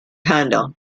handel